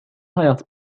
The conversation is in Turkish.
hayat